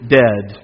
dead